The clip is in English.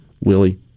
Willie